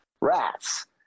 rats